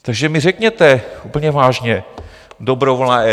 Takže mi řekněte úplně vážně dobrovolná EET.